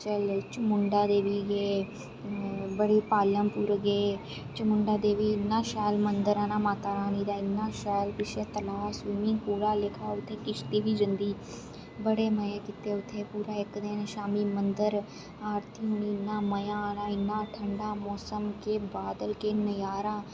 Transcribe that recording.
हिमाचल च चमुंडा देवी गे बड़ी पालमपुर गे चमुंडा देवी इन्ना शैल मन्दर ऐ ना माता रानी दा इन्ना शैल पिच्छें तलाऽ स्विमिंग पूल आह्ला लेक्खा उत्थें किस्ती बी जंदी बड़े मजे कीते उत्थें इक दिन मन्दर आरतियां इन्ना मजा आना इन्ना ठंडा मोसम इन्ना केह् बदल इन्ना केह् नजारा